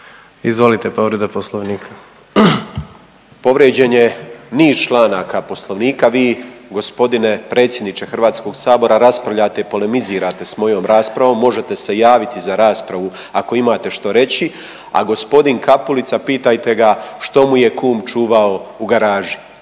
Nikola (MOST)** Povrijeđen je niz članaka poslovnika, vi g. predsjedniče HS raspravljate i polemizirate s mojom raspravom, možete se javiti za raspravu ako imate što reći, a g. Kapulica, pitajte ga što mu je kum čuvao u garaži,